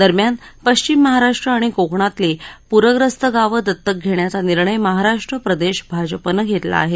दरम्यान पश्चिम महाराष्ट्र आणि कोकणातली पूर्यस्त गावं दत्तक घेण्याचा निर्णय महाराष्ट्र प्रदेश भाजपानं घेतला आहे